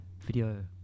video